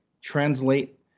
translate